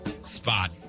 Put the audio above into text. spot